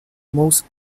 most